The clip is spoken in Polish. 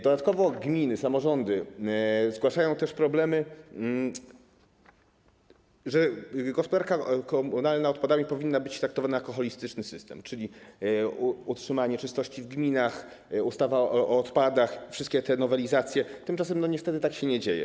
Dodatkowo gminy, samorządy zgłaszają też inny problem, to, że komunalna gospodarka odpadami powinna być traktowana jako holistyczny system, czyli utrzymanie czystości w gminach, ustawa o odpadach, wszystkie te nowelizacje, tymczasem niestety tak się nie dzieje.